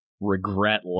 regret